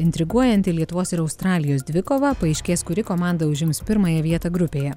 intriguojanti lietuvos ir australijos dvikova paaiškės kuri komanda užims pirmąją vietą grupėje